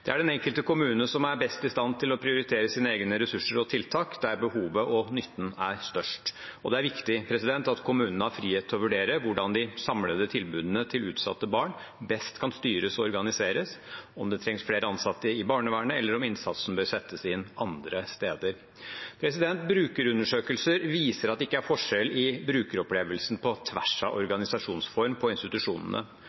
Det er den enkelte kommune som er best i stand til å prioritere sine egne ressurser og tiltak der behovet og nytten er størst, og det er viktig at kommunene har frihet til å vurdere hvordan de samlede tilbudene til utsatte barn best kan styres og organiseres, om det trengs flere ansatte i barnevernet, eller om innsatsen bør settes inn andre steder. Brukerundersøkelser viser at det ikke er forskjell i brukeropplevelsen på tvers av